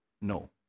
no